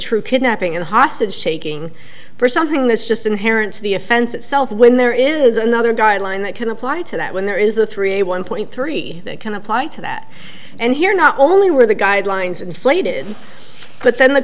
true kidnapping and hostage taking for something that's just inherent to the offense itself when there is another guideline that can apply to that when there is the three a one point three that can apply to that and here not only were the guidelines inflated but then the